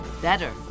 Better